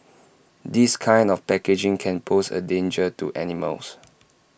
this kind of packaging can pose A danger to animals